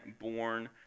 born